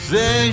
Say